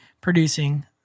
producing